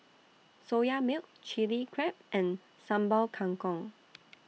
Soya Milk Chilli Crab and Sambal Kangkong